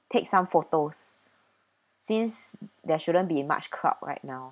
take some photos since there shouldn't be much crowd right now